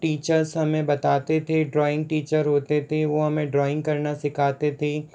teachers हमें बताते थे ड्रॉइंग टीचर होते थे वह हमें ड्राइंग करना सिखाते थे